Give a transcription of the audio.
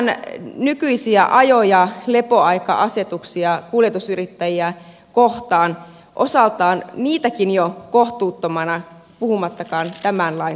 pidän nykyisiä ajo ja lepoaika asetuksiakin kuljetusyrittäjiä kohtaan osaltaan kohtuuttomina puhumattakaan tämän lain soveltamisesta